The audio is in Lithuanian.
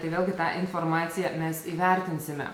tai vėlgi tą informaciją mes įvertinsime